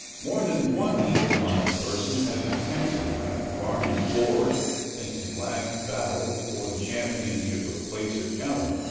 more than one evil-minded person has a hankering after barney's gore since his last battle for the championship of placer county,